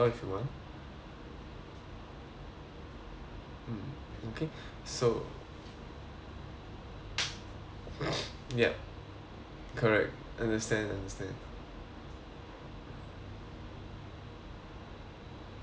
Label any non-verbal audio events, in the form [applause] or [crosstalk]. mm okay so [breath] yup correct understand understand